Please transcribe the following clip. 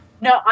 No